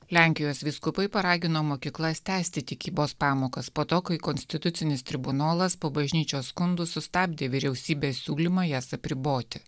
lenkijos vyskupai paragino mokyklas tęsti tikybos pamokas po to kai konstitucinis tribunolas po bažnyčios skundų sustabdė vyriausybės siūlymą jas apriboti